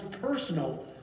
personal